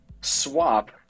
swap